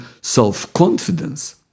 self-confidence